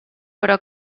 però